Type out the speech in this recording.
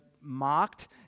mocked